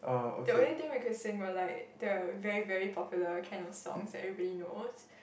the only thing we could sing will like the very very popular kind of songs everybody knows